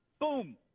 Boom